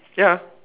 ya